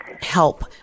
help